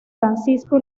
francisco